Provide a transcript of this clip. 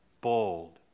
bold